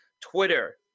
Twitter